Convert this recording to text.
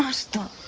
um star